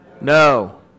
No